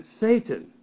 Satan